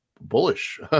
bullish